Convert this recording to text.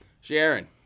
Sharon